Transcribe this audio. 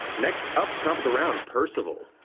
next up, top of the round, percival.